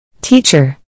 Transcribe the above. Teacher